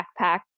backpack